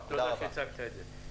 תודה רבה.